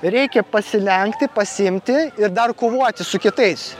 reikia pasilenkti pasiimti ir dar kovoti su kitais